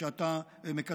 בקרב, שאתה מקדם.